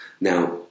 Now